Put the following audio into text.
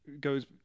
goes